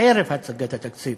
ערב הצגת התקציב.